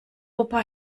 opa